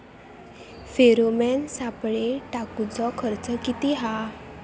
Pheromone सापळे टाकूचो खर्च किती हा?